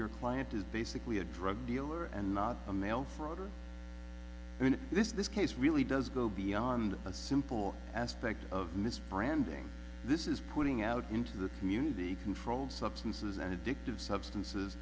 your client is basically a drug dealer and not a mail fraud or i mean this this case really does go beyond a simple aspect of misbranding this is putting out into the community controlled substances and addictive substances